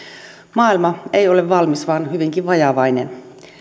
maailma ei ole valmis vaan hyvinkin vajavainen